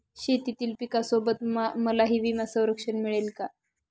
शेतीतील पिकासोबत मलाही विमा संरक्षण मिळेल का?